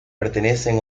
pertenecen